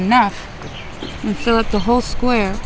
enough to fill up the whole square